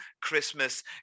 Christmas